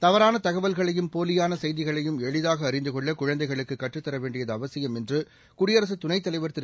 தகவல்களையும் போலியான செய்திகளையும் எளிதாக அறிந்து கொள்ள தவறான குழந்தைகளுக்கு கற்றுத்தர வேண்டியது அவசியம் என்று குடியரசுத் துணைத் தலைவர் திரு